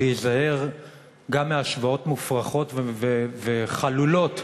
להיזהר גם בהשוואות מופרכות וחלולות